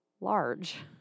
large